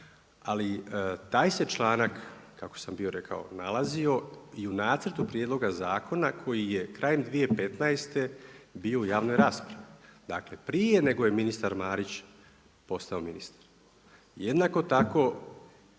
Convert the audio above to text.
Ali taj se članak kako sam bio rekao nalazio i u nacrtu prijedloga zakona koji je krajem 2015. u javnoj raspravi, dakle prije nego je ministar Marić postao ministar. Jednako tako,